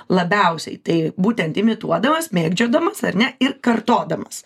labiausiai tai būtent imituodamas mėgdžiodamas ar ne ir kartodamas